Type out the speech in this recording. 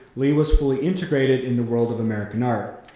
lee was fully integrated in the world of american art.